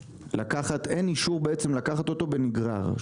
מ --- אין אישור לקחת אותו בנגרר,